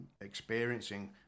experiencing